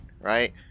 right